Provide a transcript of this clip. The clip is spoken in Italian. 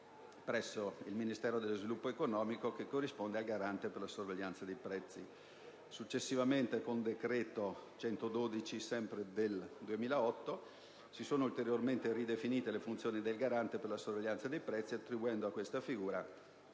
presso il Ministero dello sviluppo economico, che corrisponde al Garante per la sorveglianza dei prezzi. Successivamente, con il decreto-legge n. 112 del 2008, si sono ulteriormente ridefinite le funzioni del Garante per la sorveglianza dei prezzi, attribuendo a tale figura